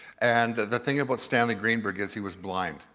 and the thing about stanley greenberg is he was blind